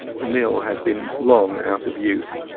the mill had been long out of use.